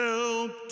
Help